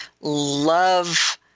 love